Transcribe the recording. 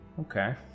Okay